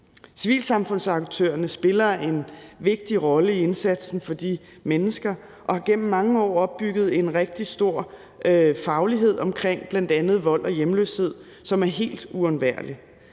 Civilsamfundsaktørerne spiller en vigtig rolle i indsatsen for de mennesker og har igennem mange år opbygget en rigtig stor faglighed omkring bl.a. vold og hjemløshed, som er helt uundværlig.